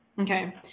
Okay